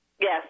Yes